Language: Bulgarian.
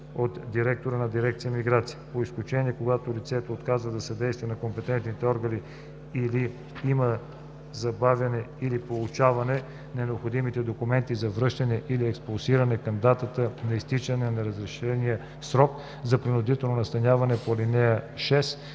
от директора на дирекция „Миграция“. По изключение, когато лицето отказва да съдейства на компетентните органи или има забавяне при получаване на необходимите документи за връщане или експулсиране към датата на изтичане на разрешения срок на принудителното настаняване по ал. 6,